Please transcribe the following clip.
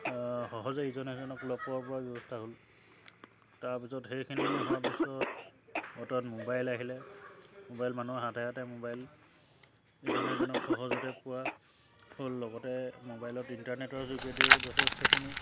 সহজে ইজনে সিজনক লগ পোৱাৰ পৰা ব্যৱস্থা হ'ল তাৰপিছত সেইখিনি হোৱাৰ পিছত অৰ্থাৎ মোবাইল আহিলে মোবাইল মানুহৰ হাতে হাতে মোবাইল ইজনে সিজনক সহজতে পোৱা হ'ল লগতে মোবাইলত ইণ্টাৰনেটৰ যোগেদিও যথেষ্টখিনি